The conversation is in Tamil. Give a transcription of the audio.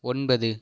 ஒன்பது